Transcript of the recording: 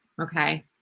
Okay